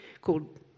called